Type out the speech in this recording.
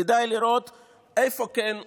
כדאי לראות איפה כן הצלחתם: